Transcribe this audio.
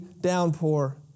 downpour